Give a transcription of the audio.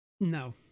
No